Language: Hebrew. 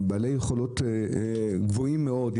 בעלי יכולות גבוהות מאוד,